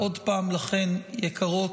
עוד פעם, לכן, יקרות,